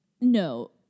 No